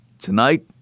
tonight